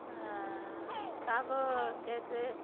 choco cake